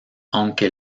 aunque